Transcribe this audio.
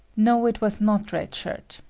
no, it was not red shirt.